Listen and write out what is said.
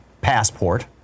passport